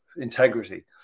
integrity